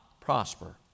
prosper